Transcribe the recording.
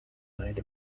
made